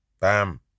Bam